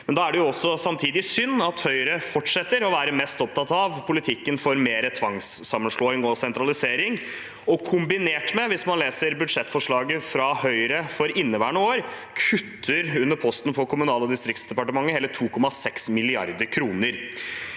i. Da er det samtidig synd at Høyre fortsetter å være mest opptatt av politikken for mer tvangssammenslåing og sentralisering, kombinert med, hvis man leser budsjettforslaget fra Høyre for inneværende år, at de under posten for Kommunal- og distriktsdepartementet kutter hele 2,6 mrd. kr